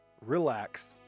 relax